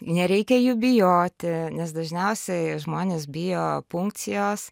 nereikia jų bijoti nes dažniausiai žmonės bijo punkcijos